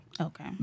Okay